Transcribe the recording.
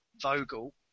Vogel